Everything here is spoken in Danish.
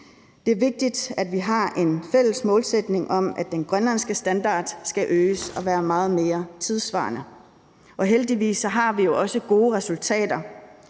Det er vigtigt, at vi har en fælles målsætning om, at den grønlandske standard skal øges og være meget mere tidssvarende. Heldigvis har vi også gode resultater.